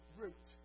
root